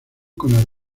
con